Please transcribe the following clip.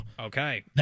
Okay